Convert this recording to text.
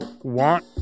want